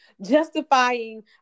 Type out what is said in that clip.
justifying